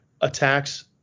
attacks